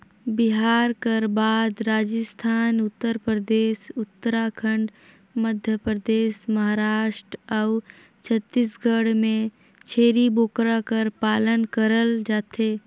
बिहार कर बाद राजिस्थान, उत्तर परदेस, उत्तराखंड, मध्यपरदेस, महारास्ट अउ छत्तीसगढ़ में छेरी बोकरा कर पालन करल जाथे